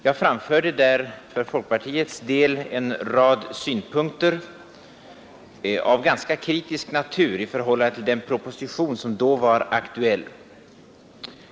För folkpartiets del framförde jag där en rad synpunkter av ganska kritisk natur i förhållande till den proposition som då var aktuell.